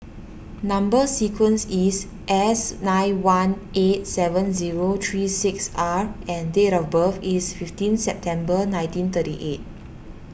Number Sequence is S nine one eight seven zero three six R and date of birth is fifteen September nineteen thirty eight